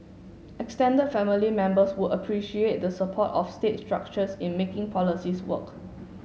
extended family members would appreciate the support of state structures in making policies work